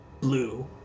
blue